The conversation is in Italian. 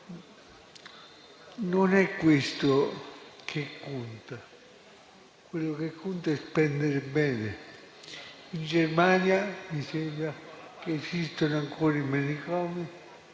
Non è questo che conta, quello che conta è spendere bene. In Germania credo che esistano ancora i manicomi